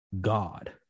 God